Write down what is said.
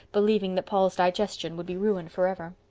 believing that paul's digestion would be ruined for ever.